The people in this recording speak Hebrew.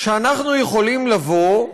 שאנחנו יכולים לבוא,